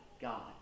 God